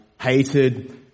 hated